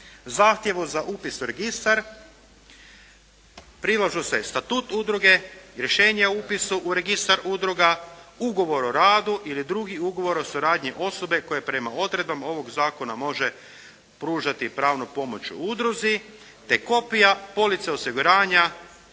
"Zahtjevu za upis u registar prilažu se statut udruge, rješenja o upisu u registar udruga, ugovor o radu ili drugi ugovor o suradnji osobe koja prema odredbama ovog zakona može pružati pravnu pomoć udruzi te kopija police osiguranje